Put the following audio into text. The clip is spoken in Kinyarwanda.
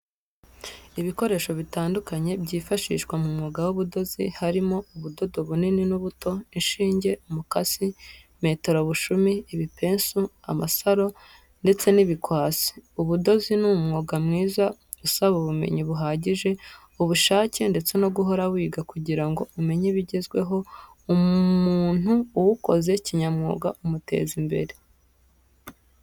Ibikoresho bitandukanye byifashishwa mu mwuga w'ubudozi, harimo ubudodo bunini n'ubuto, inshinge, umukasi, metero bushumi, ibipesu, amasaro, ndetse n'ibikwasi. Ubudozi ni umwuga mwiza usaba ubumenyi buhagije, ubushake ndetse no guhora wiga kugira ngo umenye ibigezweho, umuntu uwukoze kinyamwuga umuteza imbere.